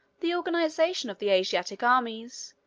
the organization of the asiatic armies,